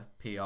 PR